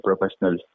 professional